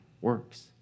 works